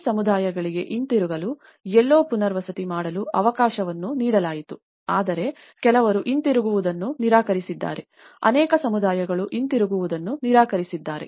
ಈ ಸಮುದಾಯಗಳಿಗೆ ಹಿಂತಿರುಗಲು ಎಲ್ಲೋ ಪುನರ್ವಸತಿ ಮಾಡಲು ಅವಕಾಶವನ್ನು ನೀಡಲಾಯಿತು ಆದರೆ ಕೆಲವರು ಹಿಂತಿರುಗುವುದನ್ನು ನಿರಾಕರಿಸಿದ್ದಾರೆ ಅನೇಕ ಸಮುದಾಯಗಳು ಹಿಂತಿರುಗುವುದನ್ನು ನಿರಾಕರಿಸಿದ್ದಾರೆ